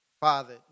Father